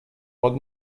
pot